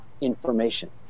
information